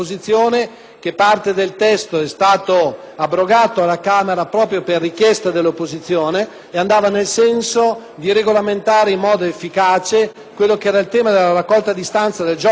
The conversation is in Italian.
che parte del testo è stata abrogata alla Camera proprio per richiesta dell'opposizione e andava nel senso di regolamentare in modo efficace il tema della raccolta a distanza del gioco *on line*,